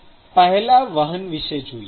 પેહલા વહન વિષે જોઈએ